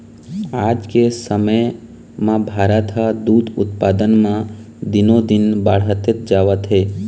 आज के समे म भारत ह दूद उत्पादन म दिनो दिन बाड़हते जावत हे